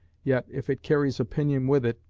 yet if it carries opinion with it,